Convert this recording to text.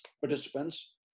participants